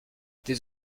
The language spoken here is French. tes